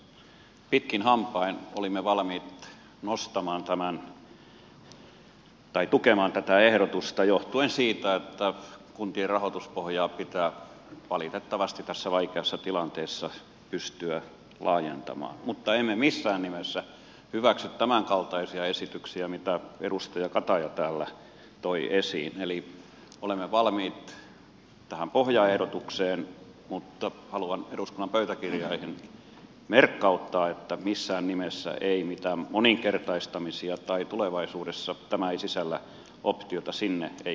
mekin keskustassa pitkin hampain olimme valmiit tukemaan tätä ehdotusta johtuen siitä että kuntien rahoituspohjaa pitää valitettavasti tässä vaikeassa tilanteessa pystyä laajentamaan mutta emme missään nimessä hyväksy tämänkaltaisia esityksiä mitä edustaja kataja täällä toi esiin eli olemme valmiit tähän pohjaehdotukseen mutta haluan eduskunnan pöytäkirjoihin merkkauttaa että missään nimessä ei mitään moninkertaistamisia tai tulevaisuudessa tämä ei sisällä optiota sinne eikä tänne